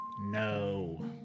no